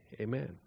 amen